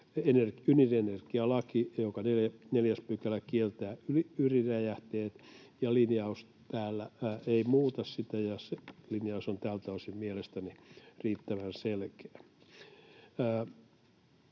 ydinenergialakia, jonka 4 § kieltää ydinräjähteet, linjaus täällä ei muuta, ja se linjaus on tältä osin mielestäni riittävän selkeä.